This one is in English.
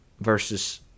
versus